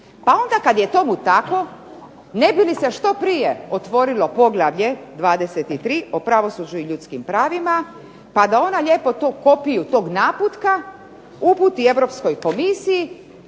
Pa onda kad je tomu tako, ne bi li se što prije otvorilo poglavlje 23. o pravosuđu i ljudskim pravima, pa da ona lijepo kopiju tog naputka uputi Europskoj komisiji